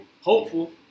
hopeful